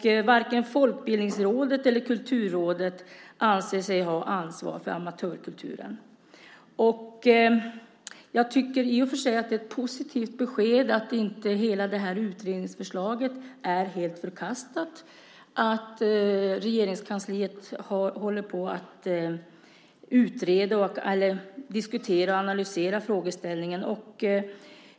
Varken Folkbildningsrådet eller Kulturrådet anser sig ha ansvar för amatörkulturen. Jag tycker i och för sig att det är ett positivt besked att inte hela det här utredningsförslaget är förkastat, att Regeringskansliet håller på att diskutera och analysera frågeställningen.